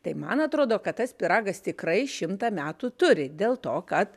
tai man atrodo kad tas pyragas tikrai šimtą metų turi dėl to kad